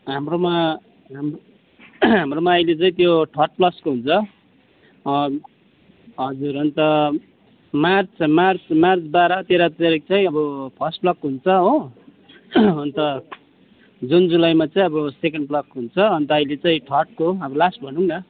हाम्रोमा हाम् हाम्रोमा अहिले चाहिँ त्यो थर्ड फ्लसको हुन्छ हजुर अनि त मार्च मार्च मार्च बाह्र तेह्र तारिक चाहिँ अब फर्स्ट लक हुन्छ हो अनि त जुन जुलाईमा चाहिँ अब सेकेन्ड फ्लक हुन्छ अनि अहिले चाहिँ थर्डको अब लास्ट भनौँ न